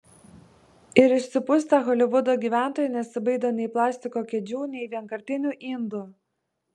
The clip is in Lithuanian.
ir išsipustę holivudo gyventojai nesibaido nei plastiko kėdžių nei vienkartinių indų